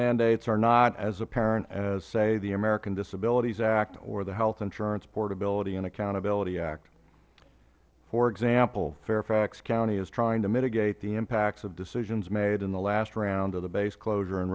mandates are not as apparent as say the american disabilities act or the health insurance portability and accountability act for example fairfax county is trying to mitigate the impacts of decisions made in the last round of the base closure and